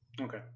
Okay